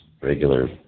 regular